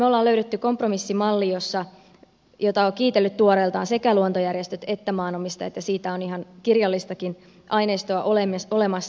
me olemme löytäneet kompromissimallin jota ovat kiitelleet tuoreeltaan sekä luontojärjestöt että maanomistajat ja siitä on ihan kirjallistakin aineistoa olemassa